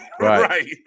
Right